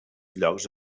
llocs